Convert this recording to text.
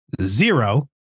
zero